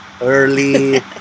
early